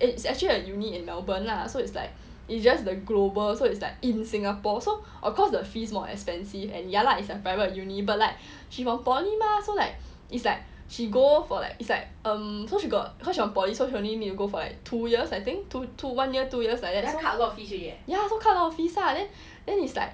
it's actually a uni in melbourne lah so it's like it's just the global so it's like in singapore so of course the fees more expensive and ya lah is a private uni but like she from poly mah so like it's like she go for like it's like um so she from poly so she only need to go for like two years I think two one year two years like that ya so cut a lot of fees lah then then it's like